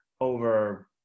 over